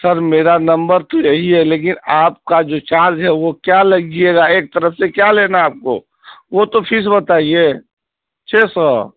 سر میرا نمبر تو یہی ہے لیکن آپ کا جو چارج ہے وہ کیا لگیے گا ایک طرف سے کیا لینا ہے آپ کو وہ تو فیس بتائیے چھ سو